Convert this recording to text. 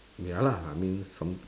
ya lah I mean some